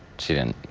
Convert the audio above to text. she didn't